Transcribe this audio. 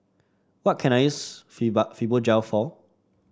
what can I use Fibogel for